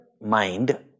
mind